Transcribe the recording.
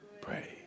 pray